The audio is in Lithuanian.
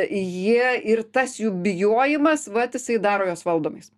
jie ir tas jų bijojimas vat jisai daro juos valdomais